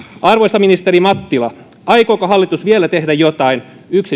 arvoisa ministeri mattila aikooko hallitus vielä tehdä jotain